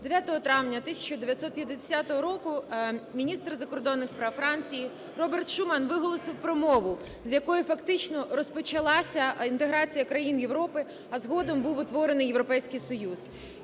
9 травня 1950 року міністр закордонних справ Франції Робер Шуман виголосив промову, з якої фактично розпочалася інтеграція країн Європи, а згодом був утворений Європейський Союз.